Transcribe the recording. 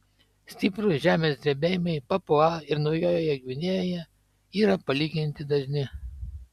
stiprūs žemės drebėjimai papua ir naujojoje gvinėjoje yra palyginti dažni